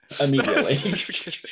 immediately